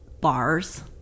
bars